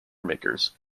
makers